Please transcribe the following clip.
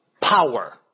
power